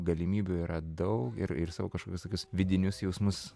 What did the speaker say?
galimybių yra daug ir ir savo kažkokius tokius vidinius jausmus